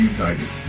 United